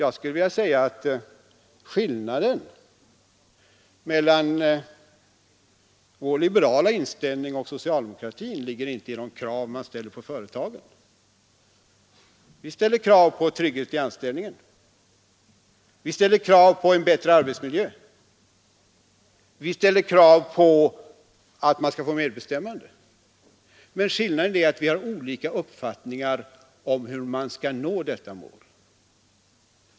Jag skulle vilja säga att skillnaden mellan vår liberala inställning och socialdemokratin inte ligger i de krav som ställts på företagen. Vi ställer krav på trygghet i anställningen, vi ställer krav på en bättre arbetsmiljö, vi ställer krav på att löntagarna skall få medbestämmande. Men skillnaden är att vi har olika uppfattningar om hur man skall nå dessa mål.